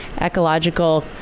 ecological